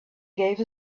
gave